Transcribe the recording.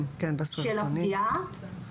בתיעוד של הפגיעה.